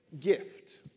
gift